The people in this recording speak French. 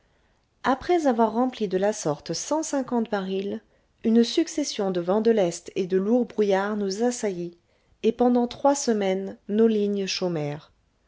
après avoir rempli de la sorte cent cinquante barils une succession de vents de l'est et de lourds brouillards nous assaillit et pendant trois semaines nos lignes